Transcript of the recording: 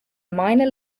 minor